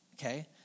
okay